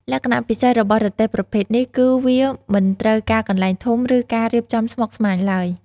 លក្ខណៈពិសេសរបស់រទេះប្រភេទនេះគឺវាមិនត្រូវការកន្លែងធំ ឬការរៀបចំស្មុគស្មាញឡើយ។